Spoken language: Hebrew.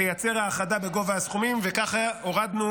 לייצר האחדה